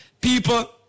People